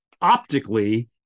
optically